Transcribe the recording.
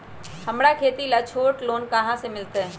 हमरा खेती ला छोटा लोने कहाँ से मिलतै?